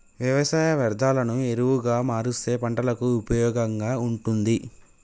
వ్యవసాయ వ్యర్ధాలను ఎరువుగా మారుస్తే పంటలకు ఉపయోగంగా ఉంటుంది